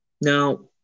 Now